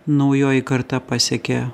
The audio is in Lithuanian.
naujoji karta pasiekė